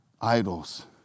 idols